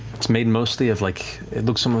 it's made mostly of, like, it looks um ah